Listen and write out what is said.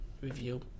review